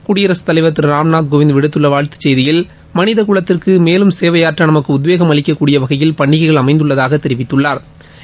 குடியரசுத்தலைவர் திரு ராம்நாத் கோவிந்த் விடுத்துள்ள வாழ்த்துச் செய்தியில் மனித குலத்திற்கு மேலும் சேவையாற்ற நமக்கு உத்வேகம் அளிக்கக் கூடிய வகையில் பண்டிகைகள் அமைந்துள்ளதாக தெரிவித்துள்ளாா்